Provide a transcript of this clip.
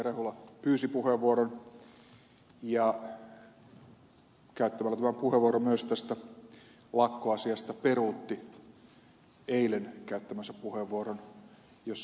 rehula pyysi puheenvuoron ja käyttämällä puheenvuoron myös tästä lakkoasiasta peruutti eilen käyttämänsä puheenvuoron jossa hän laittoi ed